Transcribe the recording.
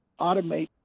automate